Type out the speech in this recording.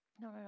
no